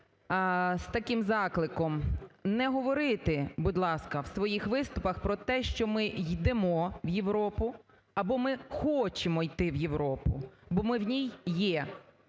з таким закликом: не говорити, будь ласка, у своїх виступах про те, що ми йдемо в Європу або хочемо йти в Європу, бо ми в ній є.